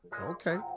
Okay